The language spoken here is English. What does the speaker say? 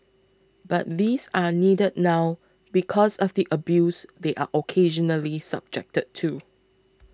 but these are needed now because of the abuse they are occasionally subjected to